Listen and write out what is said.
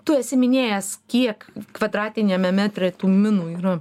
tu esi minėjęs kiek kvadratiniame metre tų minų yra